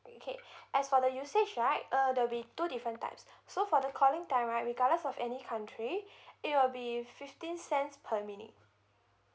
okay as for the usage right uh there'll be two different types so for the calling time right regardless of any country it will be fifteen cents per minute